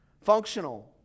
Functional